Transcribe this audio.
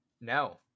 No